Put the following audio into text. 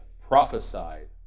prophesied